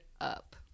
up